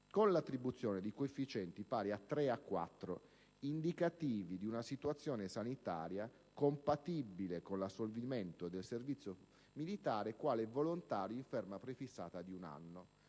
con l'attribuzione di coefficienti pari a 3 e a 4, indicativi di una situazione sanitaria compatibile con l'assolvimento del servizio militare quale volontario in ferma prefissata di un anno